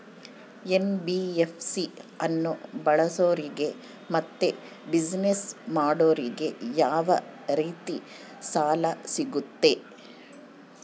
NBFC ಅನ್ನು ಬಳಸೋರಿಗೆ ಮತ್ತೆ ಬಿಸಿನೆಸ್ ಮಾಡೋರಿಗೆ ಯಾವ ರೇತಿ ಸಾಲ ಸಿಗುತ್ತೆ?